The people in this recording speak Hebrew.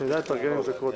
בוקר טוב